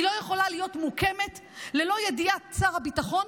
היא לא יכולה להיות מוקמת ללא ידיעת שר הביטחון,